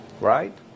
Right